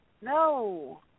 No